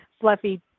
fluffy